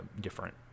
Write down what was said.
different